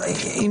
יערה,